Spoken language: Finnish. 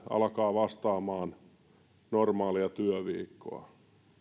alkaa vastaamaan normaalia työviikkoa tämän